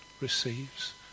receives